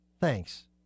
Thanks